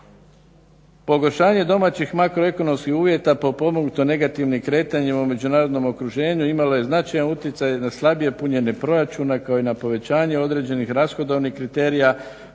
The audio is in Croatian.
"pogoršanje makroekonomskih uvjeta potpomognuto negativnim kretanjem u međunarodnom okruženju imalo je značajan utjecaj na slabije punjenje proračuna kao i na povećanje određenih rashodovnih kriterija,